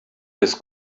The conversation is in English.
his